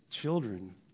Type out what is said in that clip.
children